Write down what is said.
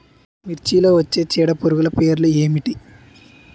మిర్చిలో వచ్చే చీడపురుగులు పేర్లు ఏమిటి?